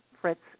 Fritz